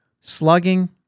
Slugging